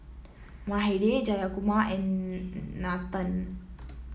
Mahade Jayakumar and Nathan